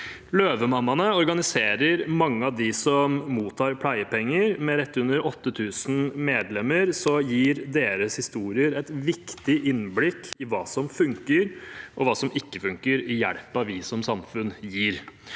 Løvemammaene organiserer mange av dem som mottar pleiepenger. Med rett under 8 000 medlemmer gir deres historier et viktig innblikk i hva som fungerer, og hva som ikke fungerer, i hjelpen vi som samfunn gir.